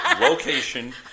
location